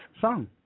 song